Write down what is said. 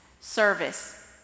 Service